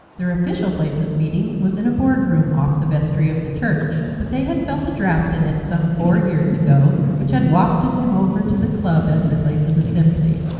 their official place of meeting was in a board room off the vestry of the church. but they had felt a draught in it, some four years ago, which had wafted them over to the club as their place of assembly.